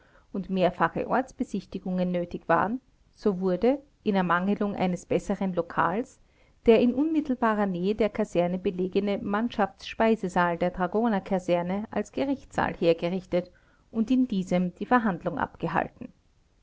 und mehrfache ortsbesichtigungen nötig waren so wurde in ermangelung eines besseren lokals der in unmittelbarer nähe der kantine belegene mannschaftsspeisesaal der dragonerkaserne als gerichtssaal hergerichtet und in diesem die verhandlung abgehalten